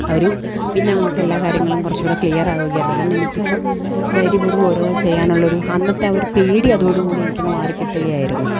ഒരു പിന്നങ്ങോട്ടെല്ലാ കാര്യങ്ങളും കുറച്ചുകൂടെ ക്ലിയറാവുകയായിരുന്നു അതുകൊണ്ടെനിക്കിപ്പോള് ധൈര്യ പൂർവ്വം ഓരോന്ന് ചെയ്യാനുള്ളൊരു അന്നത്തെ ഒരു പേടി അതോടു കൂടി എനിക്കങ്ങ് മാറിക്കിട്ടുകയായിരുന്നു